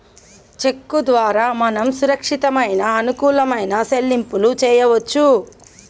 చెక్కు ద్వారా మనం సురక్షితమైన అనుకూలమైన సెల్లింపులు చేయవచ్చు